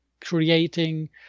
creating